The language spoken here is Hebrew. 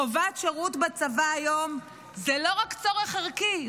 חובת שירות בצבא היום זה לא רק צורך ערכי,